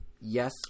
yes